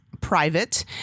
private